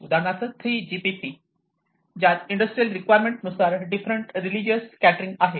उदाहरणार्थ 3GPP ज्यात industrial requirement नुसार डिफरंट रिलीजियस कॅटरिंग आहे